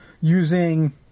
using